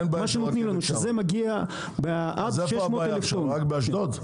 זה מגיע עד 600,000 טון.